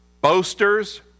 boasters